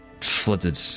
flooded